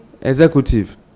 executive